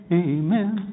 amen